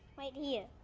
right here.